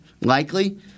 likely